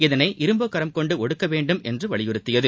இதனை இரும்புக் கரம் கொண்டு ஒடுக்க வேண்டும் என்று வலியுறுத்தியது